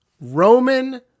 Roman